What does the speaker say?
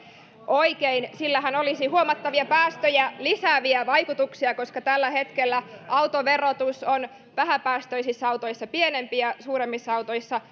oikein sillähän olisi huomattavia päästöjä lisääviä vaikutuksia koska tällä hetkellä autoverotus on vähäpäästöisissä autoissa pienempi ja suuremmissa autoissa